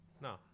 No